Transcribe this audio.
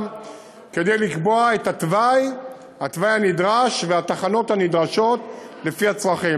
כדי לקבוע את התוואי הנדרש והתחנות הנדרשות לפי הצרכים.